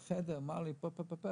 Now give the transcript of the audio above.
נכנס לחדרי ואמר לי שרוצים